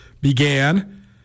began